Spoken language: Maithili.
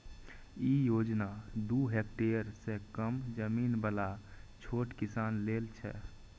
ई योजना दू हेक्टेअर सं कम जमीन बला छोट किसान लेल छै